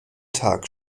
tag